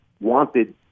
wanted